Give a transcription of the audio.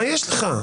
מה יש לך?